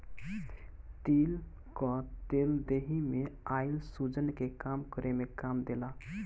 तिल कअ तेल देहि में आइल सुजन के कम करे में काम देला